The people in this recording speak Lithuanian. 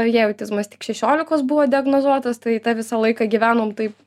jai autizmas tik šešiolikos buvo diagnozuotas tai ta visą laiką gyvenom taip